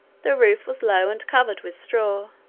the roof was low and covered with straw.